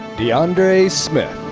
de'aundrea smith.